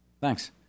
Thanks